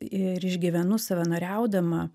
ir išgyvenu savanoriaudama